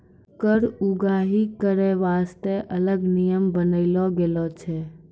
कर उगाही करै बासतें अलग नियम बनालो गेलौ छै